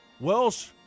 Welsh